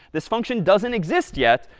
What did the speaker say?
this function doesn't exist yet,